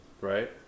right